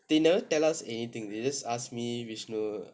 they never tell us anything they just tell us vishnu